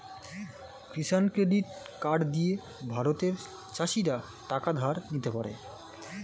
কিষান credit card দিয়ে ভারতের চাষীরা টাকা ধার নিতে পারে